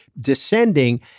descending